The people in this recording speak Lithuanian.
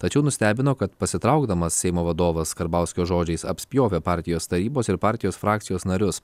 tačiau nustebino kad pasitraukdamas seimo vadovas karbauskio žodžiais apspjovė partijos tarybos ir partijos frakcijos narius